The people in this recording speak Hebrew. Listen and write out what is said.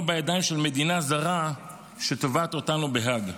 בידיים של מדינה זרה שתובעת אותנו בהאג.